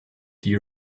die